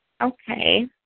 Okay